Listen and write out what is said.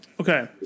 Okay